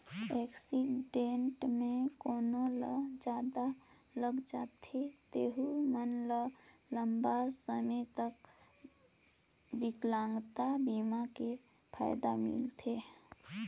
accident मे कोनो ल जादा लग जाए रथे तेहू मन ल लंबा समे के बिकलांगता बीमा के फायदा मिलथे